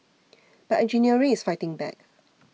but engineering is fighting back